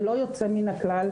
ללא יוצא מן הכלל,